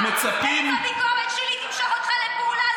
ואם הביקורת שלי תמשוך אותך לפעולה,